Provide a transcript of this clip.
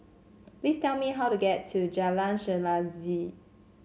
please tell me how to get to Jalan Chelagi